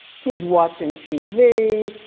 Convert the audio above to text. he's watching tv,